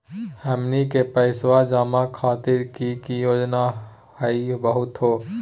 हमनी के पैसवा जमा खातीर की की योजना हई बतहु हो?